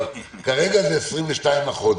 אבל כרגע זה 22 לחודש.